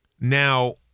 Now